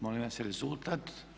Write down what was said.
Molim vas rezultat.